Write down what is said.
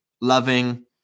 loving